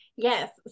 Yes